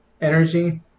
energy